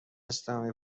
اسلامی